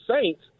Saints